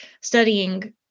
studying